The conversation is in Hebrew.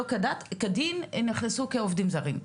כעובדים זרים.